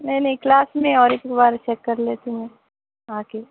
نہیں نہیں کلاس میں اور ایک بار چیک کر لیتی ہوں آ کے